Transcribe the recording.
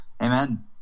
Amen